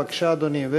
בבקשה, אדוני.